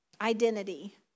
identity